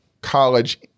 college